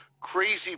crazy